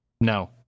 no